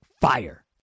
FIRE